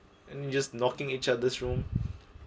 and you just knocking each other's room